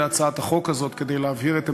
אני אתנגד להצעת החוק הזאת כדי להבהיר את עמדתנו.